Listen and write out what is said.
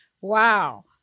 Wow